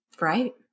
Right